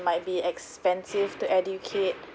might be expensive to educate